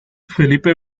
felipe